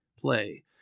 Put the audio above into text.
play